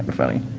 ah funny